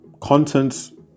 content